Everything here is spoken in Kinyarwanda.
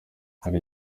hari